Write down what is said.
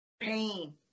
pain